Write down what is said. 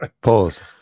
Pause